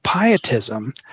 pietism